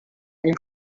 این